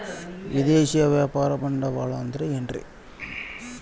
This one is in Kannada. ವಿದೇಶಿಯ ವ್ಯಾಪಾರ ಬಂಡವಾಳ ಅಂದರೆ ಏನ್ರಿ?